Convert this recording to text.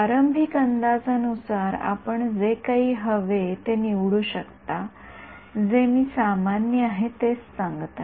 प्रारंभिक अंदाजानुसार आपण जे काही हवे आहे ते निवडू शकता जे मी सामान्य आहे तेच सांगत आहे